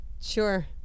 Sure